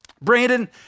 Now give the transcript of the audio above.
Brandon